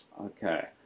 Okay